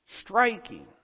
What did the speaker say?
striking